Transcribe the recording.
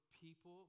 people